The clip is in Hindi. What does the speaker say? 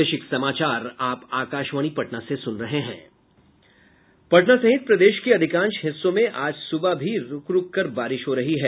पटना सहित प्रदेश के अधिकांश हिस्सों में आज सुबह भी रूक रूक कर बारिश हो रही है